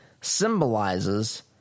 symbolizes